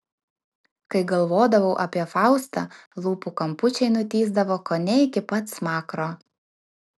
kai galvodavau apie faustą lūpų kampučiai nutįsdavo kone iki pat smakro